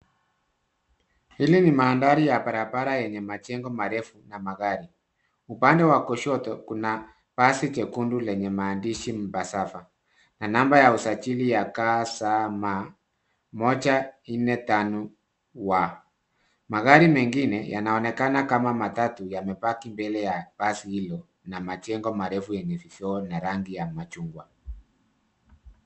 Hili ni mandhari ya barabara yenye majengo marefu na magari. Upande wa kushoto, kuna basi jekundu lenye maandishi Embassava na namba ya usajili KCM 145W. Magari mengine yanaonekana kama matatu, yamepaki mbele ya basi hilo na majengo marefu yenye vioo na rangi ya machungwa.